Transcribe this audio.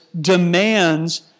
demands